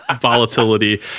volatility